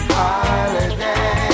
holiday